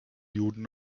juden